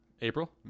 April